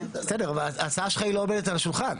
בסדר, אבל ההצעה שלך לא עומדת על השולחן.